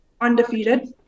undefeated